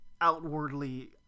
outwardly